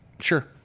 Sure